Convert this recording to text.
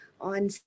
on